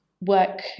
work